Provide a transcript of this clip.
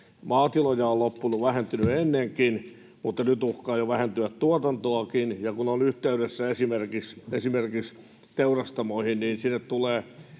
Maatiloja on lopettanut, vähentynyt ennenkin, mutta nyt uhkaa jo vähentyä tuotantokin. Ja kun olin yhteydessä esimerkiksi teurastamoihin, niin sinne tulee